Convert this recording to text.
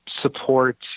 support